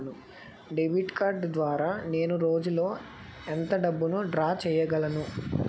Debit card ద్వారా నేను రోజు లో ఎంత డబ్బును డ్రా చేయగలను?